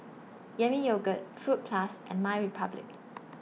Yami Yogurt Fruit Plus and MyRepublic